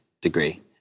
degree